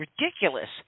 ridiculous